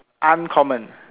uncommon